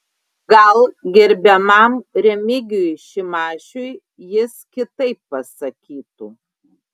gal gerbiamam remigijui šimašiui jis kitaip pasakytų